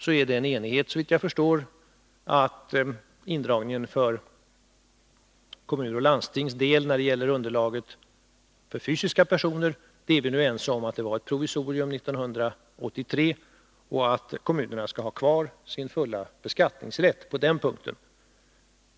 Såvitt jag förstår råder det enighet om att indragningen för kommuners och landstings del när det gäller underlaget för fysiska personer var ett provisorium för 1983 och att kommunerna skall ha kvar sin fulla beskattningsrätt på denna punkt.